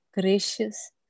gracious